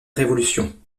révolution